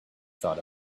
thought